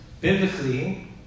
biblically